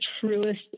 truest